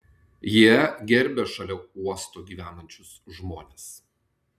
jie gerbia šalia uosto gyvenančius žmones